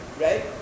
Right